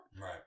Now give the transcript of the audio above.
right